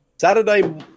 Saturday